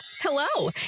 hello